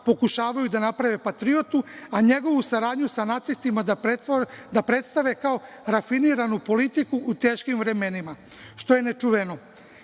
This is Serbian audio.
pokušavaju da naprave patriotu, a njegovu saradnju sa nacistima da predstave kao rafiniranu politiku u teškim vremenima, što je nečuveno. Milan